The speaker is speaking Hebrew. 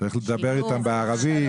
צריך ללמד אותם ערבית,